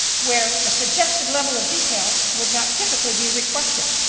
where the suggested level of detail would not typically be requested.